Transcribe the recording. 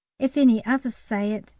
if any others say it,